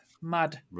mad